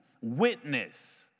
witness